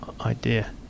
idea